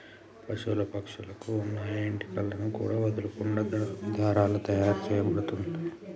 పశువుల పక్షుల కు వున్న ఏంటి కలను కూడా వదులకుండా దారాలు తాయారు చేయబడుతంటిరి